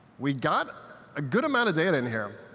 we got a good amount of data in here.